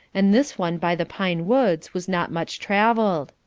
and this one by the pine woods was not much travelled.